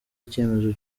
icyemezo